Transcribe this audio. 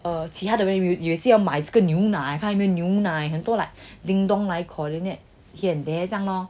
err 其他的人有些要买这个牛奶看有没有牛奶很多 like ding dong 来 coordinate here and there 这样 lor